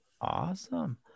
Awesome